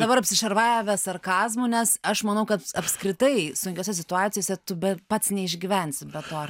dabar apsišarvavę sarkazmu nes aš manau kad apskritai sunkiose situacijose tu be pats neišgyvensi be to ar